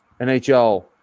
NHL